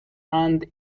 and